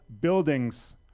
buildings